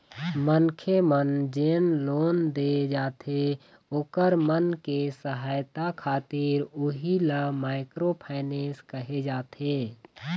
मनखे मन जेन लोन दे जाथे ओखर मन के सहायता खातिर उही ल माइक्रो फायनेंस कहे जाथे